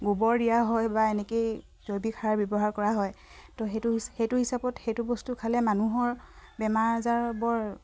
গোবৰ দিয়া হয় বা এনেকেই জৈৱিক সাৰ ব্যৱহাৰ কৰা হয় তো সেইটো সেইটো হিচাপত সেইটো বস্তু খালে মানুহৰ বেমাৰ আজাৰ বৰ